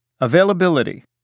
Availability